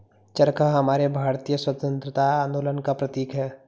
चरखा हमारे भारतीय स्वतंत्रता आंदोलन का प्रतीक है